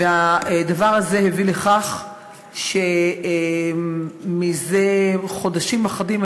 והדבר הזה הביא לכך שמזה חודשים אחדים,